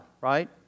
right